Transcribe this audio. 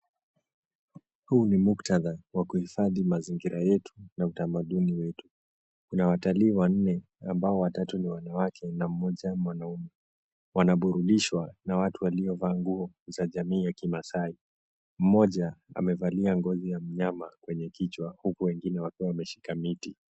Huu ni muktadha wa kuhifadhi mazingira yetu na utamaduni wetu. Kuna watalii wanne ambao watatu ni wanawake na mmoja mwanaume. Wanaburudishwa na watu waliovaa nguo za jamii ya Kimaasai. Mmoja amevalia ngozi ya mnyama kwenye kichwa, huku wengine wakiwa wameshika miti.